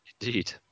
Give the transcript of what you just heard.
indeed